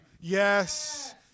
Yes